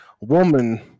woman